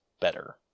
better